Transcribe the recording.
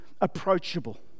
approachable